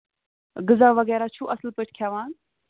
غزا وغیرہ چھِو اَصٕل پٲٹھۍ کھیٚوان